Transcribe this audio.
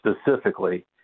specifically